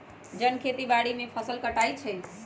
जन खेती बाड़ी में फ़सल काटइ छै